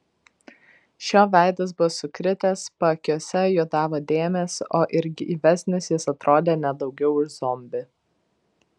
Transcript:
šio veidas buvo sukritęs paakiuose juodavo dėmės o ir gyvesnis jis atrodė ne daugiau už zombį